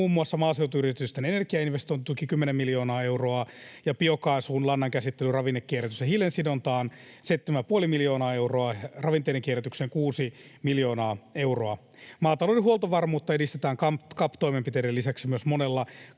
muun muassa maaseutuyritysten energiainvestointituki 10 miljoonaa euroa ja biokaasuun, lannankäsittelyyn, ravinnekierrätykseen ja hiilensidontaan 7,5 miljoonaa euroa, ravinteiden kierrätykseen 6 miljoonaa euroa. Maatalouden huoltovarmuutta edistetään CAP-toimenpiteiden lisäksi myös monella